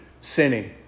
sinning